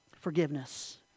Forgiveness